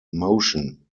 motion